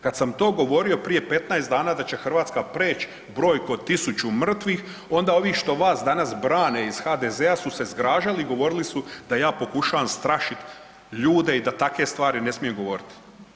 Kada sam to govorio prije 15 dana da će Hrvatska prijeći brojku od 1000 mrtvih onda ovi što vas danas brane iz HDZ-a su se zgražali, govorili su da ja pokušavam strašiti ljude i da takve stvari ne smijem govoriti.